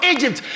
Egypt